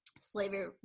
Slavery